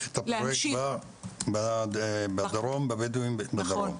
את הפרויקט בדרום אצל הבדואים בדרום,